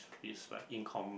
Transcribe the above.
is like in